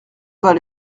bas